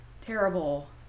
terrible